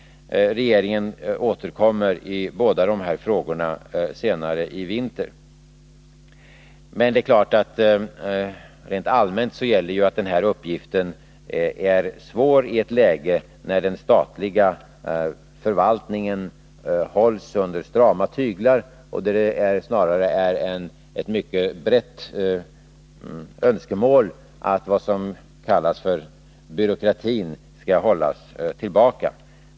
Regeringen återkommer i båda de här frågorna senare i vinter. Men det är klart att rent allmänt gäller att uppgiften är svår i ett läge när den statliga förvaltningen hålls i strama tyglar och när det snarare är ett mycket utbrett önskemål att vad som kallas för byråkrati skall hållas tillbaka.